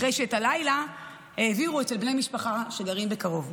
אחרי שאת הלילה העבירו אצל בני משפחה שגרים קרוב.